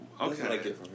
okay